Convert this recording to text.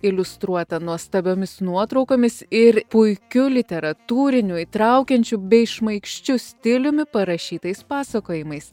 iliustruota nuostabiomis nuotraukomis ir puikiu literatūriniu įtraukiančiu bei šmaikščiu stiliumi parašytais pasakojimais